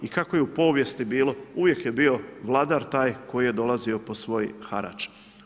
I kako je u povijesti bilo, uvijek je bio vladar taj koji je dolazio po svoj harač.